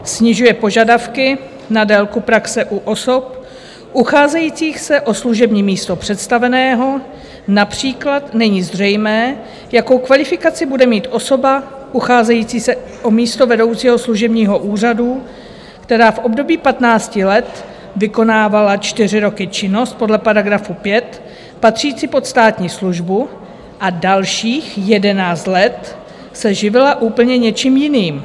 Snižuje požadavky na délku praxe u osob ucházející se o služební místo představeného, například není zřejmé, jakou kvalifikaci bude mít osoba ucházející se o místo vedoucího služebního úřadu, která v období patnácti let vykonávala čtyři roky činnost podle § 5 patřící pod státní službu a dalších jedenáct let se živila úplně něčím jiným.